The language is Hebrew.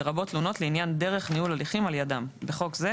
לרבות תלונות לעניין דרך ניהול הליכים על ידם (בחוק זה,